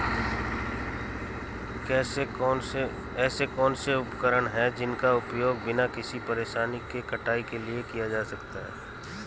ऐसे कौनसे उपकरण हैं जिनका उपयोग बिना किसी परेशानी के कटाई के लिए किया जा सकता है?